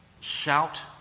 Shout